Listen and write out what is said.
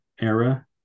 era